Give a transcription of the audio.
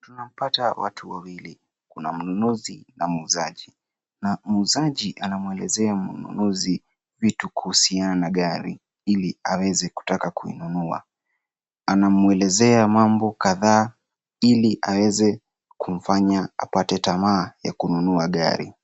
Tunapata watu wawili, kuna mnunuzi na muuzaji. Muuzaji anamwelezea mnunuzi vitu kuhusiana na gari iii aweze kutoka kuinunua. Anamwelezea mambo kadhaa ili aweze kumfanya apate tamaa ya kununua gari.